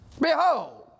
Behold